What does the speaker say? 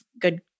good